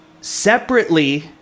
Separately